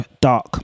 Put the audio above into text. Dark